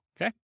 Okay